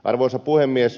arvoisa puhemies